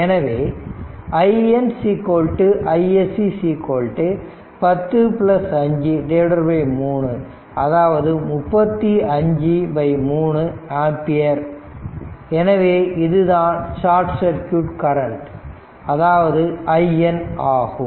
எனவே IN iSC 10 5 3 அதாவது 35 3 ampere எனவே இதுதான் ஷார்ட் சர்க்யூட் கரெண்ட் அதாவது IN ஆகும்